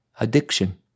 Addiction